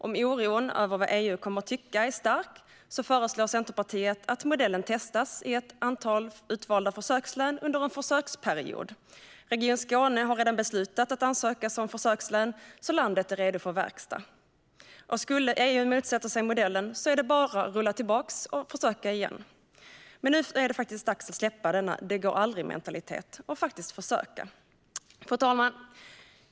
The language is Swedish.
Om oron över vad EU kommer att tycka är stark föreslår Centerpartiet att modellen testas i ett antal utvalda försökslän under en försöksperiod. Region Skåne har redan beslutat att ansöka som försökslän, så landet är redo för verkstad. Om EU skulle motsätta sig modellen är det bara att rulla tillbaka och försöka igen. Nu är det dags att släppa denna det-går-aldrig-mentalitet och faktiskt försöka. Fru talman!